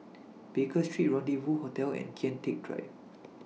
Baker Street Rendezvous Hotel and Kian Teck Drive